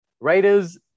Raiders